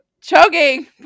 Choking